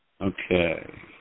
Okay